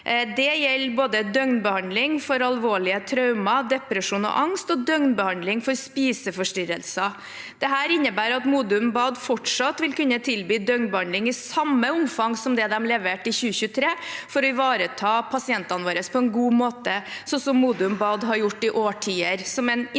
Det gjelder både døgnbehandling for alvorlige traumer, depresjon og angst og døgnbehandling for spiseforstyrrelser. Det innebærer at Modum bad fortsatt vil kunne tilby døgnbehandling i samme omfang som det de leverte i 2023, for å ivareta pasientene våre på en god måte, som Modum bad har gjort i årtier som en integrert